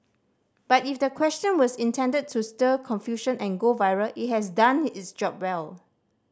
but if the question was intended to stir confusion and go viral it has done its job well